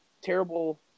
terrible